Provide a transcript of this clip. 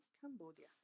Cambodia